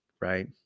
right